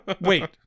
Wait